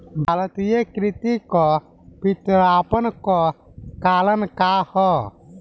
भारतीय कृषि क पिछड़ापन क कारण का ह?